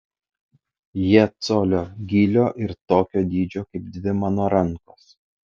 jie colio gylio ir tokio dydžio kaip dvi mano rankos